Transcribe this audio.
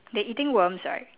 they eating worms right